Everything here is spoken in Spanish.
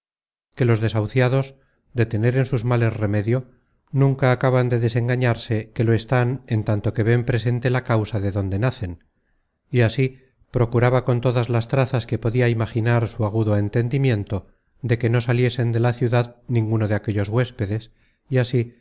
que los desahuciados de tener en sus males remedio nunca acaban de desengañarse que lo están en tanto que ven presente la causa de donde nacen y así procuraba con todas las trazas que podia imaginar su agudo entendimiento de que no saliesen de la ciudad ninguno de aquellos huéspedes y así